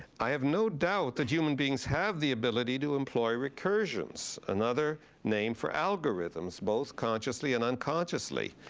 i have no doubt that human beings have the ability to employ recursions, another name for algorithms, both consciously and unconsciously,